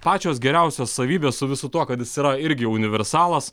pačios geriausios savybės su visu tuo kad jis yra irgi universalas